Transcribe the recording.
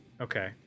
okay